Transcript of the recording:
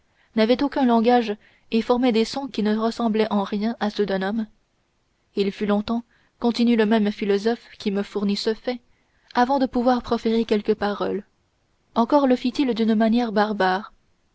n'avait aucun langage et formait des sons qui ne ressemblaient en rien à ceux d'un homme il fut longtemps continue le même philosophe qui me fournit ce fait avant de pouvoir proférer quelques paroles encore le fit-il d'une manière barbare